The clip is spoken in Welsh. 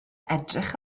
edrych